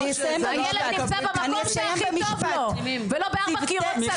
הילד נמצא במקום שהכי טוב לו ולא בארבע קירות סגור.